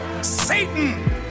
Satan